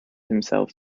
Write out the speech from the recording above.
himself